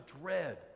dread